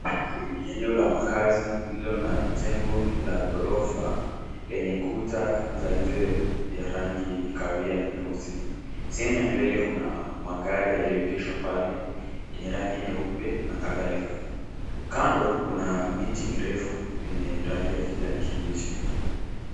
Eneo la makazi lilio na jengo la ghorafa lenye kuta za nje ya rangi kahawia na nyeusi. Sehemu ya mbele, kuna magari yaliyoegeshwa pale yenye rangi nyeupe na kadhalika. Kando, kuna miti mirefu yenye rangi ya kijani kibichi.